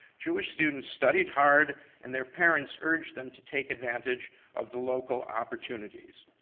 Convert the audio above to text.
jewish students studied hard, and their parents urged them to take advantage of the local opportunities.